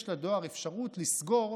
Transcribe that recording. יש לדואר אפשרות לסגור,